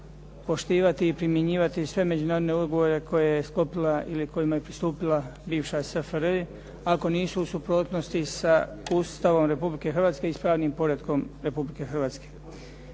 poštivati i primjenjivati sve međunarodne ugovore koje je sklopila ili kojima je pristupila bivša SFRJ ako nisu u suprotnosti sa Ustavom Republike Hrvatske i s pravnim poretkom Republike Hrvatske.